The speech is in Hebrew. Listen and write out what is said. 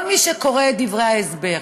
כל מי שקורא את דברי ההסבר,